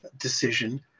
decision